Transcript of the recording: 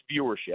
viewership